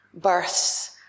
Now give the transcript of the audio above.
births